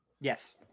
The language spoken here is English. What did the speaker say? Yes